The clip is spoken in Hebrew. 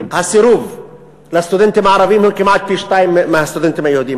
הסירוב לסטודנטים הערבים הוא כמעט פי-שניים מאשר לסטודנטים היהודים.